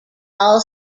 all